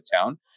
town